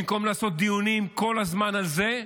במקום לעשות דיונים כל הזמן על זה,